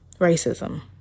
racism